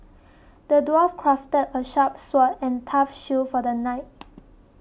the dwarf crafted a sharp sword and tough shield for the knight